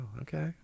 okay